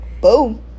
Boom